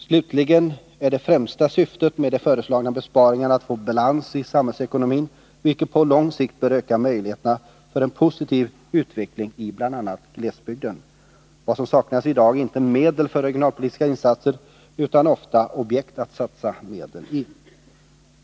Slutligen är det främsta syftet med de föreslagna besparingarna att få balans i samhällsekonomin, vilket på lång sikt bör öka möjligheterna för en positiv utveckling i bl.a. glesbygden. Vad som saknas i dag är inte medel för regionalpolitiska insatser utan ofta objekt att satsa medel i.